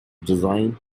designed